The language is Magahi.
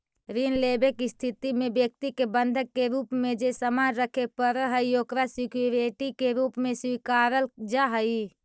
ऋण लेवे के स्थिति में व्यक्ति के बंधक के रूप में जे सामान रखे पड़ऽ हइ ओकरा सिक्योरिटी के रूप में स्वीकारल जा हइ